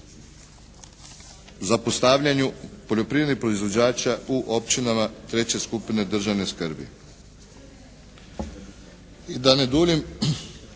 zapostavljanju poljoprivrednih proizvođača u općinama treće skupine državne skrbi.